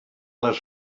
les